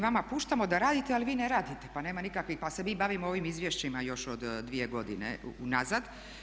Mi vama puštamo da radite, ali vi ne radite pa nema nikakvih, pa se mi bavimo ovim izvješćima još od dvije godine unazad.